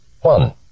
One